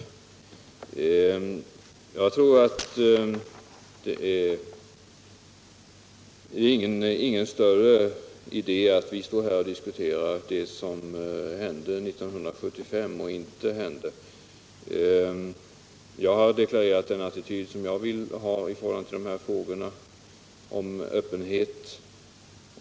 Jag tror inte att det är någon större idé att vi står här och diskuterar det som hände och inte hände 1975. Jag har deklarerat min attityd i frågan om öppenhet.